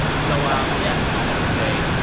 so um yeah all that to say,